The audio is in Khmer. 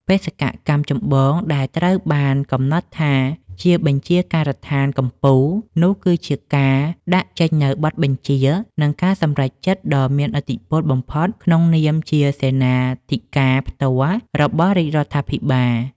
បេសកកម្មចម្បងដែលត្រូវបានកំណត់ថាជា បញ្ជាការដ្ឋានកំពូល នោះ គឺជាការដាក់ចេញនូវបទបញ្ជា និងការសម្រេចចិត្តដ៏មានឥទ្ធិពលបំផុត ក្នុងនាមជាសេនាធិការផ្ទាល់របស់រាជរដ្ឋាភិបាល។